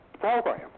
program